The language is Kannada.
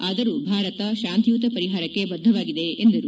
ಆದರೂ ಭಾರತ ಶಾಂತಿಯುತ ಪರಿಹಾರಕ್ಷೆ ಬದ್ದವಾಗಿದೆ ಎಂದರು